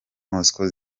moscow